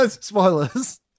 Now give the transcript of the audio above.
Spoilers